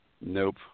nope